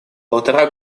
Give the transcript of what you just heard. полтора